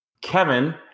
Kevin